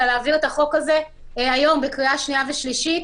אלא להעביר את הצעת החוק הזאת היום בקריאה שנייה ושלישית.